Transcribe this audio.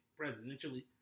presidentially